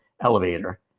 elevator